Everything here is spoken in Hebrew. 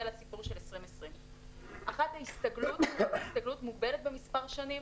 לסיפור של 2020. הסתגלות מוגבלת במספר שנים.